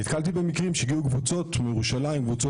נתקלתי במקרים שבהם היו קבוצות גדולות,